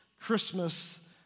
Christmas